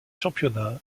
championnats